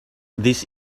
this